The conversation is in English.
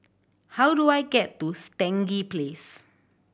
how do I get to Stangee Place